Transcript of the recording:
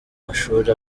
mashuri